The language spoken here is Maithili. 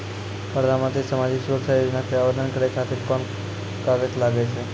प्रधानमंत्री समाजिक सुरक्षा योजना के आवेदन करै खातिर कोन कागज लागै छै?